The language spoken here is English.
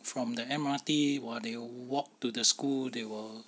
from the M_R_T while they walk to the school they will